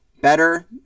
better